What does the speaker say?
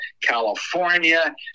California